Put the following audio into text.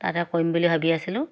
তাতে কৰিম বুলি ভাবি আছিলোঁ